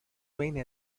wayne